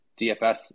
DFS